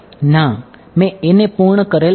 ના મે a ને પૂર્ણ કરેલ નથી